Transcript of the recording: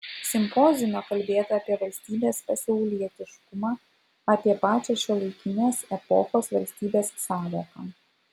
simpoziume kalbėta apie valstybės pasaulietiškumą apie pačią šiuolaikinės epochos valstybės sąvoką